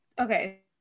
okay